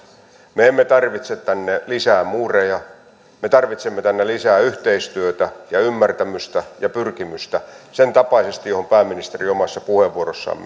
me emme tarvitse tänne lisää muureja me tarvitsemme tänne lisää yhteistyötä ja ymmärtämystä ja pyrkimystä sen tapaisesti mihin pääministeri omassa puheenvuorossaan